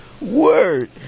Word